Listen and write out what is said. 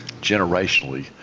generationally